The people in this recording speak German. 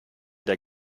der